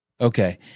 Okay